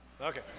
okay